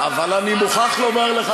אבל אני מוכרח לומר לך,